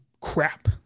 crap